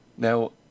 Now